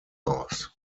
aus